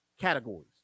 categories